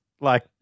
Like-